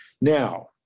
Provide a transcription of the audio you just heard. Now